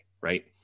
Right